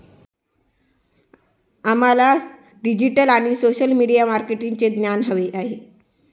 आम्हाला डिजिटल आणि social media मार्केटिंगचे ज्ञान हवे आहे